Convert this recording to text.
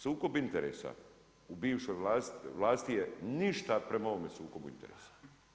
Sukob interesa u bivšoj vlasti je ništa prema ovome sukobu interesa.